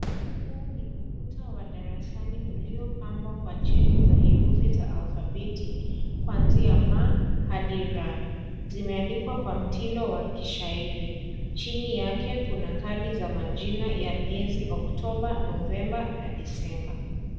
Huu ni ukuta wa darasani uliopambwa kwa cheti za herufi za alphabeti kwanzia ma hadi ra zimeandikwa kwa mtindo wa kishairi chini yake kuna kadi za majina ya mwezi Oktoba, Novemba na Disemba.